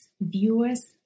viewers